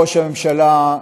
ראש הממשלה,